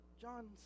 john